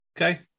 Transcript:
Okay